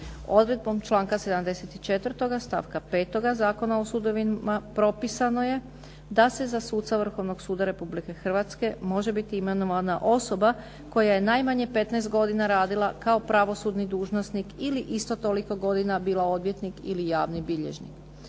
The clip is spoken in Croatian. Odredbom članka 74. stavka 5. Zakona o sudovima propisano je da se za suca Vrhovnog suda Republike Hrvatske može biti imenovana osoba koja je najmanje 15 godina radila kao pravosudni dužnosnik ili isto toliko godina bila odvjetnik ili javni bilježnik.